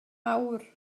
awr